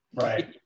Right